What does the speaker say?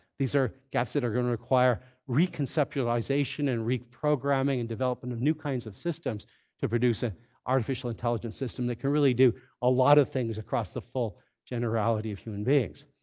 these are gaps that are going to require reconceptualization and reprogramming and development of new kinds of systems to produce an ah artificial intelligent system that can really do a lot of things across the full generality of human beings.